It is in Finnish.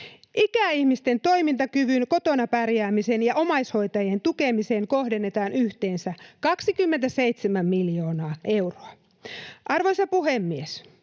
Ikäihmisten toimintakyvyn, kotona pärjäämisen ja omaishoitajien tukemiseen kohdennetaan yhteensä 27 miljoonaa euroa. Arvoisa puhemies!